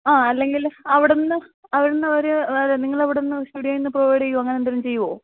ആ അല്ലെങ്കിൽ അവിടെ നിന്ന് അവിടെ നിന്ന് ഒരു അതായത് നിങ്ങൾ അവിടെ നിന്ന് സ്റ്റുഡിയോയിൽ നിന്ന് പ്രൊവൈഡ് ചെയ്യുകയോ അങ്ങനെ എന്തേലും ചെയ്യുവോ